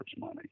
money